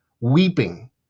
weeping